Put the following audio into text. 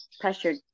pressured